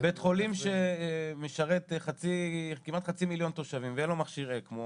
בית חולים שמשרת כמעט חצי מיליון תושבים ואין לו מכשיר אקמו,